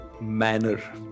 manner